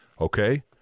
Okay